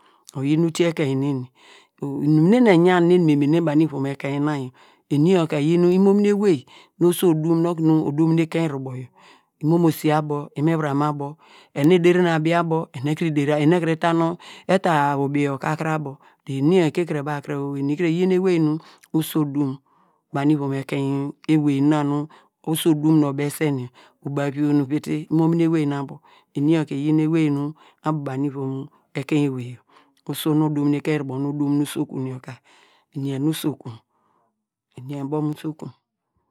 Oyin utiye ekeni neni, inum nu emi eyam okunu eni me mene banu ivom ekeina na yor, eni yor ka eyin imomini owei nu oso dum okunu odum nu ekein ruboyor imomosi abo imivuram abo, enu ederi abi abo, enu ekuru der, enu ekuru ta ubiyo ka akuru abo dor eni yor ekiri baw kre- o eni ka eyin ewey nu oso odum banu ivom ekeina ewey nu ewey na nu oso odum nu obewuse yor uba- vi, nu uviti imomini ewey nu abo eni yor ka eyin ewey nu abo banu ivom ekein ewey yor, oso nu odum mi ikun tubo nu odum nu usokien yor ka, eni ene iso kun, eni abo mu usokun.